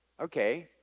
okay